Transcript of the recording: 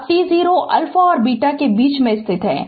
अब t0 α और β के बीच में स्थित है